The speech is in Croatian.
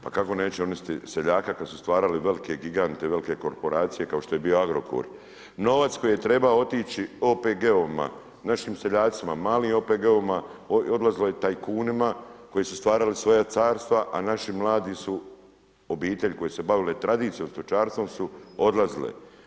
Pa kako neće uništit seljaka kad su stvarali velike gigante, velke korporacije kao što je bio Agrokor, novac koji je trebao otići OPG-ovima našim seljacima, malim OPG-ovima odlazilo je tajkunima koji su stvarali svoja carstva, a naši mladi su, obitelji koje se bavile tradicijom stočarstvom su odlazile.